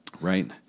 right